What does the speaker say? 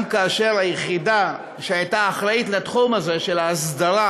גם כאשר היחידה שהייתה אחראית לתחום הזה של ההסדרה